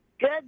Good